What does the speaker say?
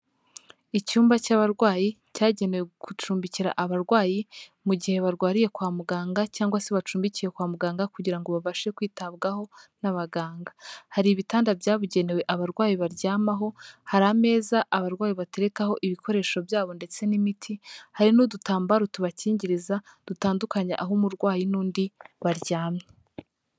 Icyumba cy'abarwayi cyagenewe gucumbikira abarwayi mu gihe barwariye kwa muganga cyangwa se bacumbikiwe kwa muganga kugira ngo babashe kwitabwaho n'abaganga. Hari ibitanda byabugenewe abarwayi baryamaho. Hari ameza abarwayi baterekaho ibikoresho byabo ndetse n'imiti. Hari n'udutambaro tubakingiriza dutandukanya aho umurwayi n'undi baryamye.